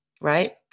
Right